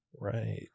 right